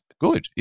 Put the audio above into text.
Good